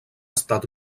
estat